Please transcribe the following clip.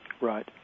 Right